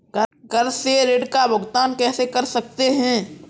घर से ऋण का भुगतान कैसे कर सकते हैं?